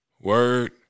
Word